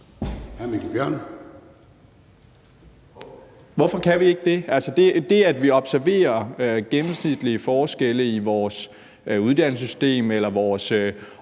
Mikkel Bjørn (DF): Hvorfor kan vi ikke det? Hvorfor kan det, at vi observerer gennemsnitlige forskelle i vores uddannelsessystem, vores